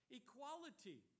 equality